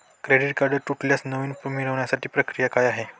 Credit card तुटल्यास नवीन मिळवण्याची प्रक्रिया काय आहे?